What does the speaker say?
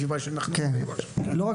זה לא רק